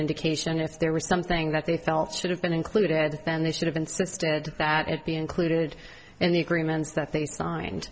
indication if there was something that they felt should have been included then they should have insisted that it be included in the agreements that they signed